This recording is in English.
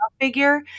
figure